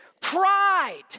pride